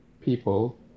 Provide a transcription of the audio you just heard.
people